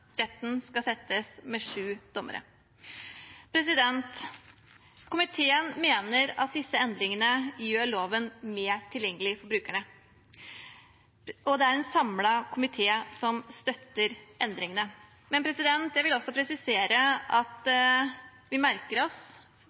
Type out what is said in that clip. retten skal settes med sju dommere, står fortsatt. Komiteen mener at disse endringene gjør loven mer tilgjengelig for brukerne, og en samlet komité støtter endringene. Men jeg vil også presisere at vi merker oss